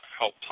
help